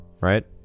right